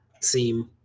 seem